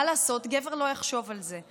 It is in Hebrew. מה לעשות, גבר לא יחשוב על זה.